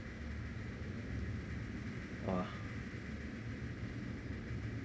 !wah!